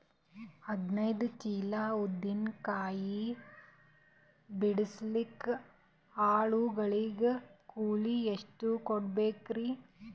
ಹದಿನೈದು ಚೀಲ ಉದ್ದಿನ ಕಾಯಿ ಬಿಡಸಲಿಕ ಆಳು ಗಳಿಗೆ ಕೂಲಿ ಎಷ್ಟು ಕೂಡಬೆಕರೀ?